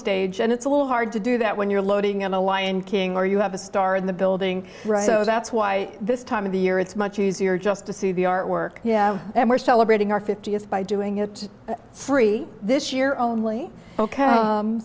stage and it's a little hard to do that when you're loading on the lion king or you have a star in the building so that's why this time of the year it's much easier just to see the artwork and we're celebrating our fiftieth by doing it free this year only